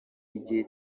igihe